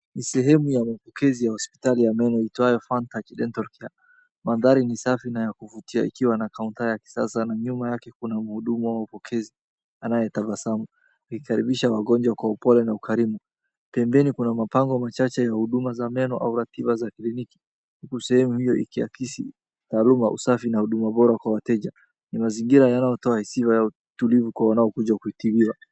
Ni sehemu ya mapokezi ya hosipitali ya meno iitwayo Fine Touch Dental Care. Mandhari ni safi na ya kuvutia ikiwa na counter ya kisasa na nyuma yake kuna Mhudumu au mpokezi anayetabasamu, ikikaribisha wagonjwa kwa upole na ukarimu. Pembeni kuna mapango machache ya huduma za meno au ratiba za kliniki, huku sehemu hiyo ikiakisi taluma ya usafi na huduma bora kwa wateja. Ni mazingira yanayotoa hisia ya utulivu kwa wanaokuja kutibiwa.